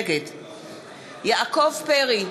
נגד יעקב פרי,